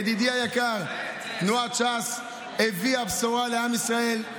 תנועת ש"ס הביאה בשורה לעם ישראל,